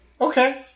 okay